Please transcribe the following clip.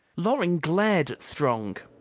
loring glared at strong.